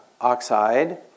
oxide